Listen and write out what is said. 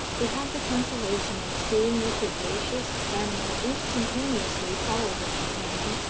they had the consolation of seeing the sagacious animal instantaneously follow his companion,